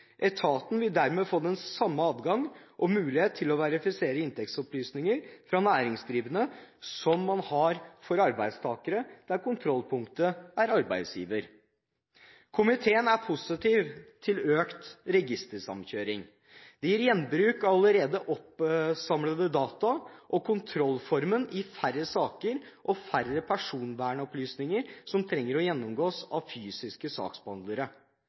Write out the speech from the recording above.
Etaten vil dermed få den samme adgang og mulighet til å verifisere inntektsopplysninger fra næringsdrivende som man har for arbeidstakere, der kontrollpunktet er arbeidsgiver. Komiteen er positiv til økt registersamkjøring. Det gir gjenbruk av allerede oppsamlede data, og kontrollformen gir færre saker og færre personvernopplysninger som trenger å gjennomgås av fysiske saksbehandlere.